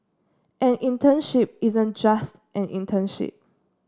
an internship isn't just an internship